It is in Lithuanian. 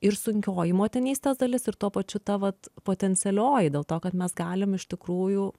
ir sunkioji motinystės dalis ir tuo pačiu ta vat potencialioji dėl to kad mes galim iš tikrųjų